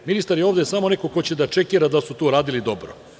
Ministar je ovde samo neko ko će da čekira da li su to uradili dobro.